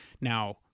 Now